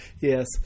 Yes